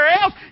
else